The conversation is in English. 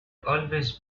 always